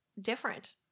different